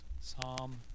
Psalm